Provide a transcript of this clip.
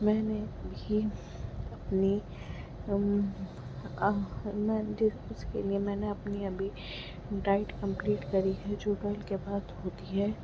میں نے ابھی اپنی اس کے لیے میں نے اپنی ابھی ڈائٹ کمپلیٹ کری ہے جو ٹوئلو کے بعد ہوتی ہے